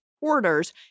orders